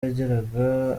yageraga